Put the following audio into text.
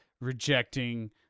rejecting